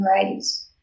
varieties